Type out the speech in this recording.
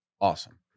Awesome